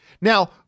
Now